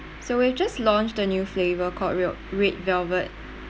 so we've just launched the new flavour called rel~ red velvet